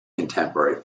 contemporary